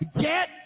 get